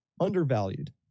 Undervalued